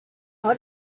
how